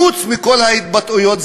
חוץ מכל ההתבטאויות,